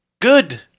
Good